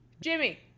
jimmy